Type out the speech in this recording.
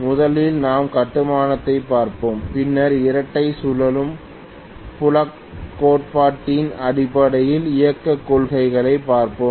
முதலில் நாம் கட்டுமானத்தைப் பார்ப்போம் பின்னர் இரட்டை சுழலும் புலக் கோட்பாட்டின் அடிப்படையில் இயக்கக் கொள்கையைப் பார்ப்போம்